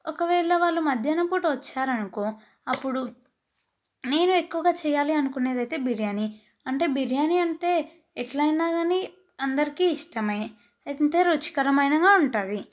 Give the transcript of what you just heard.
ఒకవేళ వాళ్ళు మధ్యాహ్నం పూట వచ్చినారు అనుకో అప్పుడు నేను ఎక్కువగా చేయాలి అనుకునేది ఐతే బిర్యానీ అంటే బిర్యానీ అంటే ఎట్ల అయినా కానీ అందరికి ఇష్టం ఎంతో రుచికరమైనదిగా కూడా ఉంటుంది